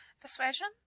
Persuasion